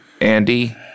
Andy